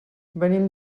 venim